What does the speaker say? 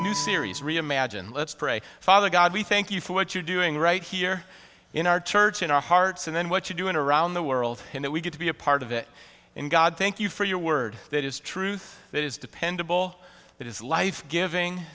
new series reimagine let's pray father god we thank you for what you're doing right here in our church in our hearts and then what you doing around the world in that we get to be a part of it and god thank you for your word that is truth that is dependable that is life giving